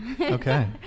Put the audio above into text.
okay